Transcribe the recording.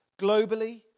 globally